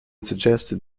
suggested